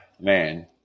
Man